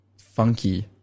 funky